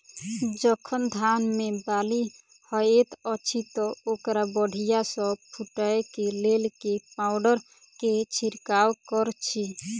जखन धान मे बाली हएत अछि तऽ ओकरा बढ़िया सँ फूटै केँ लेल केँ पावडर केँ छिरकाव करऽ छी?